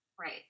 Right